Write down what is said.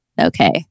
okay